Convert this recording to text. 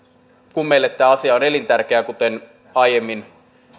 kun meille tämä asia on elintärkeä kuten aiemmin